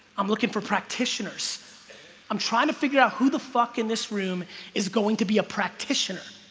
i'm looking for practitioners i'm trying to figure out who the fuck in this room is going to be a practitioner